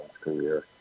career